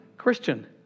Christian